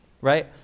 right